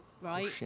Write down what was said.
Right